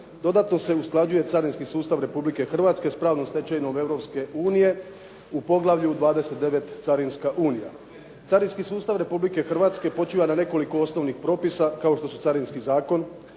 dodatno se usklađuje carinski sustav Republike Hrvatske sa pravnom stečevinom Europske unije u Poglavlju 29. carinska Unija. Carinski sustav Republike Hrvatske počiva na nekoliko osnovnih propisa kao što su Carinski zakon,